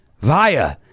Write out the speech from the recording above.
via